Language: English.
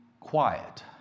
quiet